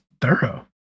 thorough